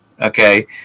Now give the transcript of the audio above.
okay